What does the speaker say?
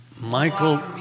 Michael